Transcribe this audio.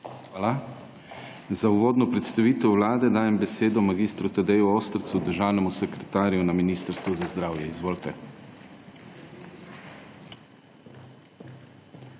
Hvala. Za uvodno predstavitev mnenja Vlade dajem besedo mag. Tadeju Ostercu, državnemu sekretarju na Ministrstvu za zdravje. Izvolite.